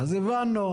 אז הבנו.